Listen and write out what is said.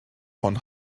von